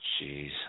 jeez